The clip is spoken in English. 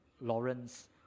Lawrence